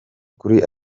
kuri